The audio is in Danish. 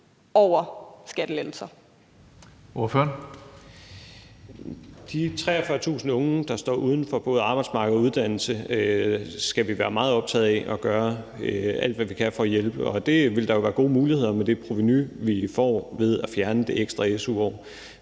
De 43.000 unge, der står uden for både arbejdsmarked og uddannelsessystem, skal vi være meget optaget af at gøre alt, hvad vi kan, for at hjælpe, og det vil der jo være gode muligheder for med det provenu, vi får ved at fjerne det ekstra su-år.